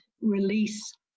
release